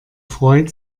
freut